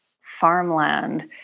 farmland